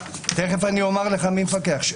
תכף אני אומר לך מי מפקח.